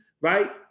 right